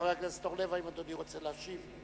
חבר הכנסת אורלב, האם אדוני רוצה להשיב?